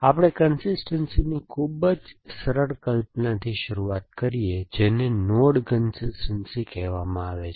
આપણે કન્સિસ્ટનસીની ખૂબ જ સરળ કલ્પનાથી શરૂઆત કરીએ જેને નોડ કન્સિસ્ટનસી કહેવામાં આવે છે